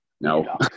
No